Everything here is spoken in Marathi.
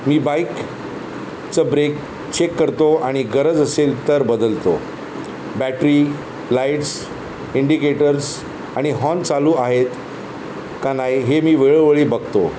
मी बाईकचं ब्रेक चेक करतो आणि गरज असेल तर बदलतो बॅटरी लाईट्स इंडिकेटर्स आणि हॉर्न चालू आहेत का नाही हे मी वेळोवेळी बघतो